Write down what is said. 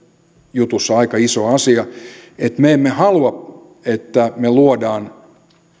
jutussa aika iso asia me emme halua että me luomme